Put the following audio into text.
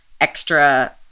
extra